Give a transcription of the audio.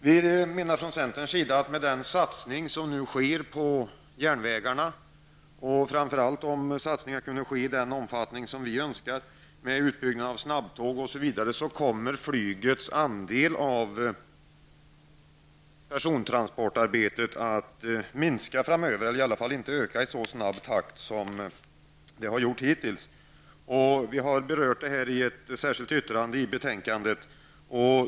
Vi menar från centern att till följd av den satsning som nu sker på järnvägarna — Luftfartsverkets verksamhet Luftfartsverkets verksamhet 10 och framför allt om satsningen kan ske i den omfattning som vi önskar, med utbyggnad av snabbtåg osv. — kommer flygets andel av persontransportarbetet att minska framöver, eller i varje fall inte öka i så snabb takt som hittills. Vi har berört detta i ett särskilt yttrande i betänkandet.